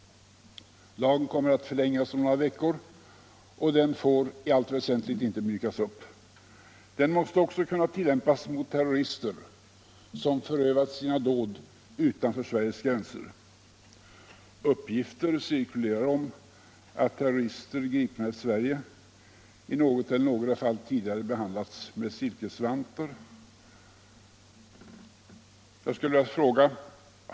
Lagen kommer att förlängas om några veckor, och den får i allt väsentligt inte mjukas upp. Den måste också kunna tillämpas mot terrorister, som har förövat sina dåd utanför Sveriges gränser. Uppgifter cirkulerar om att terrorister, gripna i Sverige, i något eller några fall tidigare har behandlats med silkesvantar.